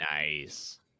nice